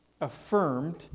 affirmed